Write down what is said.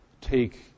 take